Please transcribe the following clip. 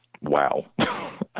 Wow